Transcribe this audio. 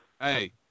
Hey